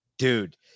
Dude